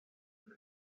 with